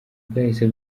bwahise